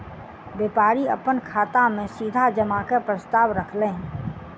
व्यापारी अपन खाता में सीधा जमा के प्रस्ताव रखलैन